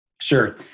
Sure